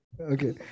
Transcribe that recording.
Okay